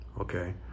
Okay